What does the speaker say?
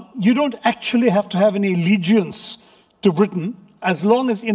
you don't actually have to have any allegiance to britain as long as, you know